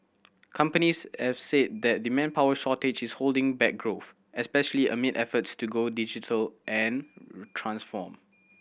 companies have said that the manpower shortage is holding back growth especially amid efforts to go digital and transform